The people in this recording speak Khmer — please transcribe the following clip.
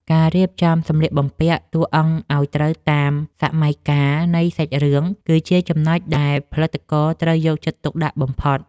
ការរៀបចំសម្លៀកបំពាក់តួអង្គឱ្យត្រូវតាមសម័យកាលនៃសាច់រឿងគឺជាចំណុចដែលផលិតករត្រូវយកចិត្តទុកដាក់បំផុត។